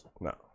No